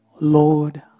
Lord